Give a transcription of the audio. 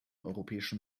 europäischen